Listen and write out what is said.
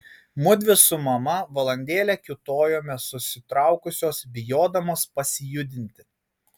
mudvi su mama valandėlę kiūtojome susitraukusios bijodamos pasijudinti